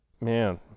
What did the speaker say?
Man